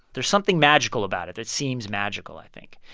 there's something magical about it that seems magical, i think.